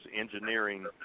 engineering